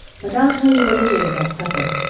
but i'll tell you what it is at supper.